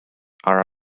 are